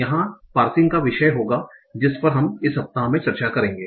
यह पार्सिंग का विषय होगा जिस पर हम इस सप्ताह में चर्चा करेंगे